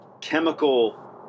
Chemical